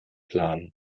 planen